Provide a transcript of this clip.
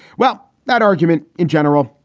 well, that argument in general.